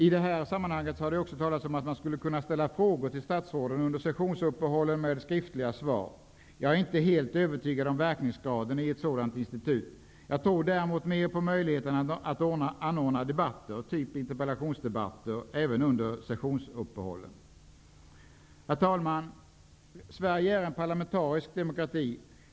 I det här sammanhanget har det också talats om att man skulle kunna ställa frågor till statsråden under sessionsuppehållen och få skriftliga svar. Jag är inte helt övertygad om verkningsgraden i ett sådant institut. Jag tror mer på möjligheten att anordna debatter -- typ interpellationsdebatter -- även under sessionsuppehållen. Herr talman! Sverige är en parlamentarisk demokrati.